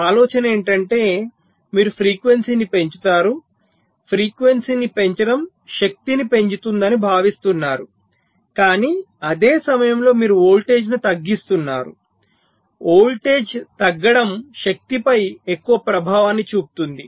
ఆలోచన ఏమిటంటే మీరు ఫ్రీక్వెన్సీని పెంచుతారు ఫ్రీక్వెన్సీని పెంచడం శక్తిని పెంచుతుందని భావిస్తున్నారు కానీ అదే సమయంలో మీరు వోల్టేజ్ను తగ్గిస్తారు వోల్టేజ్ తగ్గడం శక్తిపై ఎక్కువ ప్రభావాన్ని చూపుతుంది